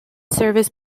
serviced